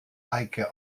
heike